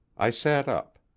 i sat up.